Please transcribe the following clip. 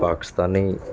pakistani